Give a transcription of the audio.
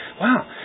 wow